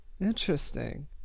Interesting